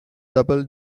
subtle